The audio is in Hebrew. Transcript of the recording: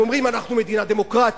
הם אומרים: אנחנו מדינה דמוקרטית,